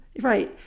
Right